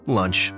lunch